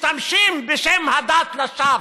משתמשים בשם הדת לשווא.